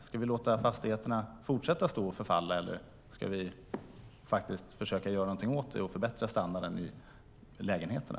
Ska vi låta fastigheterna fortsätta att förfalla, eller ska vi försöka göra någonting åt det och förbättra standarden i lägenheterna?